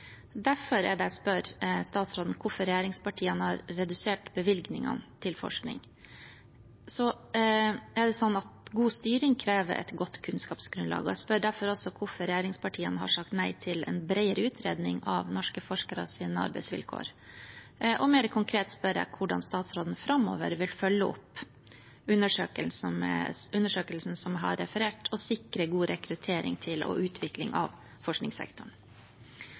Derfor er det jeg spør statsråden hvorfor regjeringspartiene har redusert bevilgningene til forskning. God styring krever et godt kunnskapsgrunnlag, og jeg spør derfor også hvorfor regjeringspartiene har sagt nei til en bredere utredning av norske forskeres arbeidsvilkår. Mer konkret spør jeg hvordan statsråden framover vil følge opp undersøkelsen som jeg har referert til, og sikre god rekruttering til og utvikling av forskningssektoren.